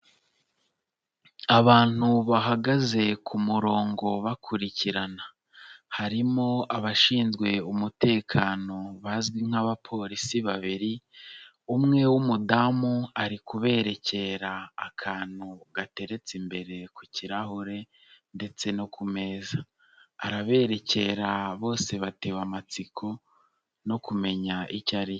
Abantu bahagaze ku murongo bakurikirana. Harimo abashinzwe umutekano bazwi nk'abapolisi babiri, umwe w'umudamu ari kubererekera akantu gateretse imbere ku kirahure ndetse no ku meza. Arabererekera bose batewe amatsiko no kumenya icyo aricyo.